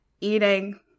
eating